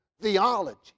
theology